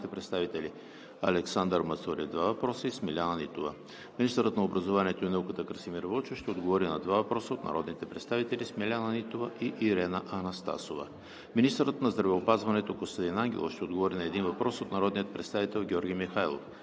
Министърът на здравеопазването Костадин Ангелов ще отговори на един въпрос от народния представител Георги Михайлов.